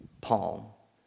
Paul